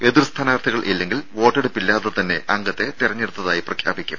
എതിർ സ്ഥാനാർത്ഥികൾ ഇല്ലെങ്കിൽ വോട്ടെടുപ്പില്ലാതെ തന്നെ അംഗത്തെ തിരഞ്ഞെടുത്തായി പ്രഖ്യാപിക്കും